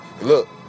look